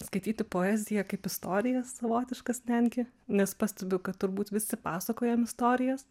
skaityti poeziją kaip istorijas savotiškas netgi nes pastebiu kad turbūt visi pasakojam istorijas